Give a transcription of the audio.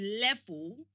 level